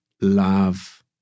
love